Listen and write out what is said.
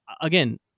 again